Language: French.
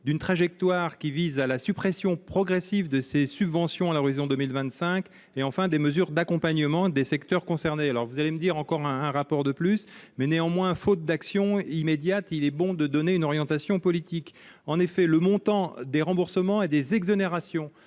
d'une trajectoire qui vise à la suppression progressive de ces subventions à l'horizon 2025 et enfin des mesures d'accompagnement des secteurs concernés, alors vous allez me dire, encore un, un rapport de plus mais, néanmoins, faute d'action immédiate, il est bon de donner une orientation politique, en effet, le montant des remboursements et des exonérations